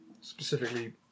specifically